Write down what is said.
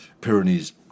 Pyrenees